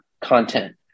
content